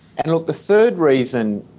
and like the third reason,